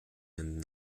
and